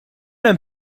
hemm